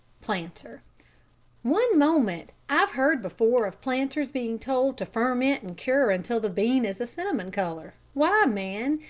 planter one moment! i've heard before of planters being told to ferment and cure until the bean is cinnamon colour. why, man,